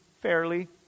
fairly